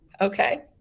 Okay